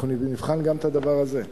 אנחנו נבחן גם את הדבר הזה.